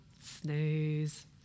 snooze